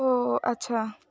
ଓ ଆଚ୍ଛା